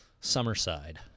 Summerside